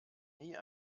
nie